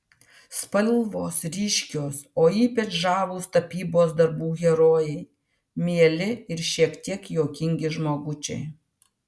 spalvos ryškios o ypač žavūs tapybos darbų herojai mieli ir šiek tiek juokingi žmogučiai